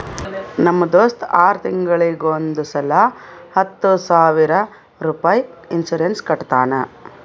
ನಮ್ ದೋಸ್ತ ಆರ್ ತಿಂಗೂಳಿಗ್ ಒಂದ್ ಸಲಾ ಹತ್ತ ಸಾವಿರ ರುಪಾಯಿ ಇನ್ಸೂರೆನ್ಸ್ ಕಟ್ಟತಾನ